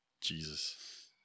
Jesus